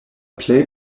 plej